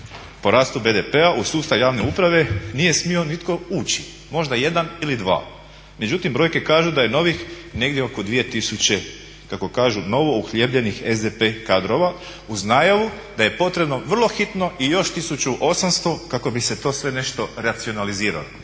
Po rastu BDP-a u sustav javne uprave nije smio nitko ući, možda jedan ili dva, međutim brojke kažu da je novih negdje oko 2000, kako kažu novo uhljebljenih SDP kadrova uz najavu da je potrebno vrlo hitno i još 1800 kako bi se to sve nešto racionaliziralo.